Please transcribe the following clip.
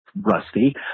Rusty